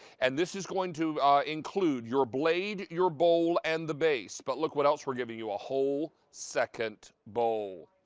and this is going to include your blade, your bowl and the base. but look what else we are giving you, a whole second bowl.